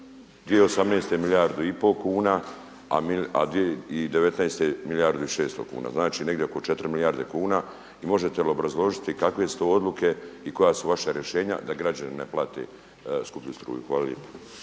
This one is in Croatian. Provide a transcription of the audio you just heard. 2018. milijardu i pol kuna, a 2019. milijardu i 600 kuna, znači negdje oko 4 milijarde kuna. I možete li obrazložiti kakve su to odluke i koja su vaša rješenja da građani ne plate skuplju struju? Hvala